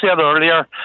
earlier